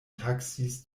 taksis